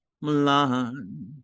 Milan